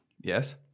Yes